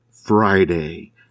Friday